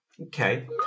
Okay